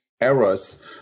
errors